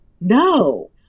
No